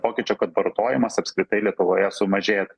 pokyčio kad vartojimas apskritai lietuvoje sumažėt